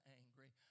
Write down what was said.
angry